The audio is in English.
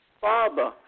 father